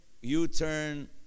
U-turn